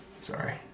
Sorry